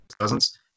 Cousins